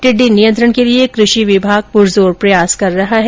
टिड्डी नियंत्रण के लिए कृषि विभाग प्रजोर प्रयास कर रहा है